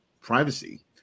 privacy